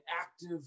active